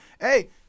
Hey